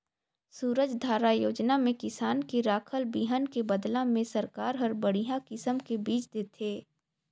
सूरजधारा योजना में किसान के राखल बिहन के बदला में सरकार हर बड़िहा किसम के बिज देथे